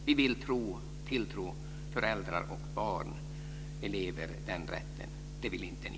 Vi vill tillerkänna föräldrar och elever den rätten. Det vill inte ni.